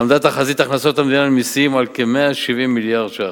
היתה תחזית הכנסות המדינה ממסים כ-170 מיליארד שקלים,